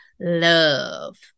love